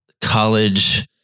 college